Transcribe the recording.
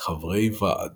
חברי ועד